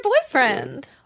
boyfriend